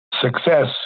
success